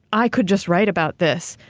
i could just write about this.